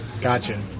gotcha